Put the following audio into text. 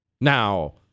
now